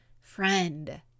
Friend